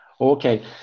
Okay